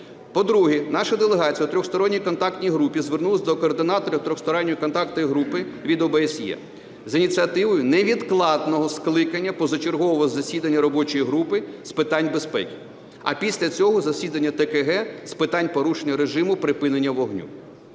По-друге, наша делегація у Тристоронній контактній групі звернулась до координаторів Тристоронньої контактної від ОБСЄ з ініціативою невідкладного скликання позачергового засідання Робочої групи з питань безпеки, а після цього – засідання ТКГ з питань порушення режиму припинення вогню.